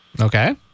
Okay